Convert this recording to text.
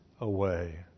away